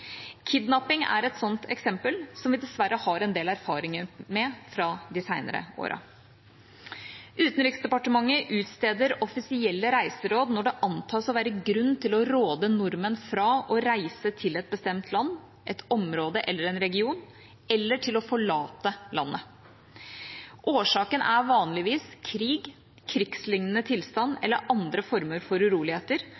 Kidnapping er et sånt eksempel, som vi dessverre har en del erfaring med fra de seinere årene. Utenriksdepartementet utsteder offisielle reiseråd når det antas å være grunn til å råde nordmenn fra å reise til et bestemt land, et område eller en region eller til å forlate landet. Årsaken er vanligvis krig, krigslignende tilstand